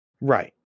Right